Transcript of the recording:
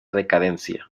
decadencia